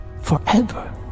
Forever